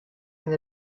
from